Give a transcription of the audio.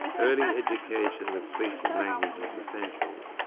early education with speech and language is essential.